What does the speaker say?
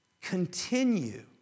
continue